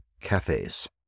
cafes